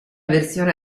versione